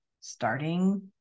starting